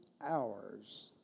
hours